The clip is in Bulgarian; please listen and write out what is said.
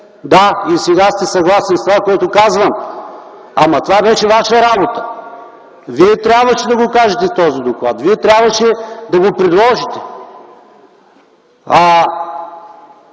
да, и сега сте съгласен с това, което казвам. Ама това беше Ваша работа! Вие трябваше да го кажете в този доклад, Вие трябваше да го предложите! С